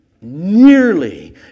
nearly